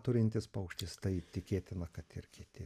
turintis paukštis tai tikėtina kad ir kiti